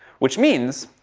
which means,